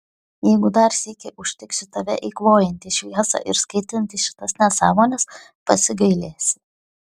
jeigu dar sykį užtiksiu tave eikvojantį šviesą ir skaitantį šitas nesąmones pasigailėsi